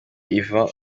yvan